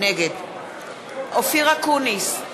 נגד אופיר אקוניס,